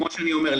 כמו שאני אומר,